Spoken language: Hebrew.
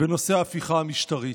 בנושא ההפיכה המשטרית.